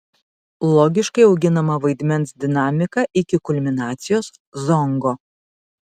logiškai auginama vaidmens dinamika iki kulminacijos zongo